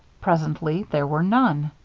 presently there were none.